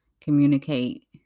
communicate